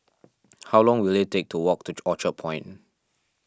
how long will it take to walk to Orchard Point